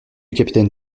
capitaine